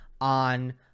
on